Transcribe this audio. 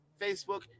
Facebook